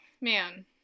man